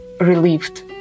relieved